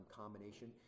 combination